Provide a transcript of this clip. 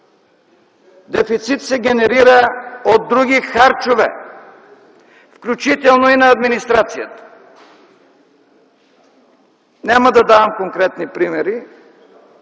Дефицит се генерира от други харчове, включително и на администрацията. Няма да давам конкретни примери,